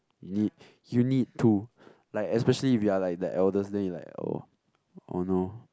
you need to like especially if you're like the eldest then you like oh oh no